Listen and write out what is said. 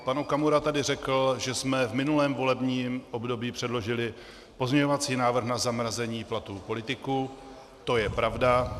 Pan Okamura tady řekl, že jsme v minulém volebním období předložili pozměňovací návrh na zamrazení platů politiků, to je pravda.